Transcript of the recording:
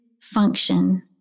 function